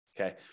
Okay